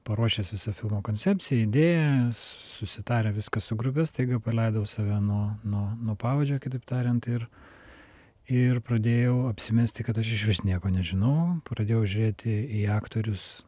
paruošęs visą filmo koncepciją idėją susitarę viską su grupe staiga paleidau save nuo nuo nuo pavadžio kitaip tariant ir ir pradėjau apsimesti kad aš išvis nieko nežinau pradėjau žiūrėti į aktorius